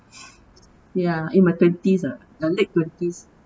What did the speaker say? ya in my twenties ah late twenties